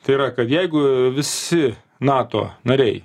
tai yra kad jeigu visi nato nariai